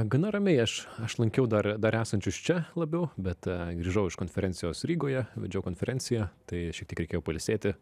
gana ramiai aš aš lankiau dar dar esančius čia labiau bet grįžau iš konferencijos rygoje vedžiau konferenciją tai šiek tiek reikėjo pailsėti